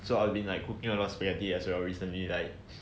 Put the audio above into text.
so I've been like cooking a lot spaghetti as well recently like